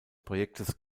projektes